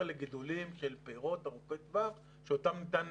לגידולים של פירות ארוכי טווח שאותם ניתן